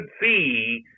see